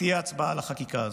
ותהיה הצבעה על החקיקה הזו.